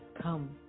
Come